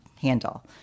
handle